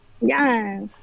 Yes